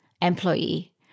employee